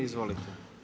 Izvolite.